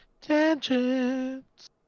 tangents